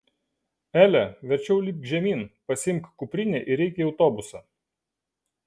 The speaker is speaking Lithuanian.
ele verčiau lipk žemyn pasiimk kuprinę ir eik į autobusą